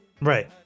right